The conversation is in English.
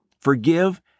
Forgive